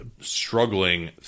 struggling